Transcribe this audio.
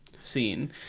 scene